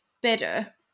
better